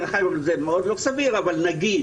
דרך אגב, זה מאוד לא סביר, אבל נגיד.